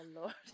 Lord